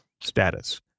status